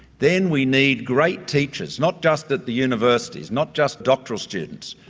then we need great teachers, not just at the universities, not just doctoral students,